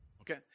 Okay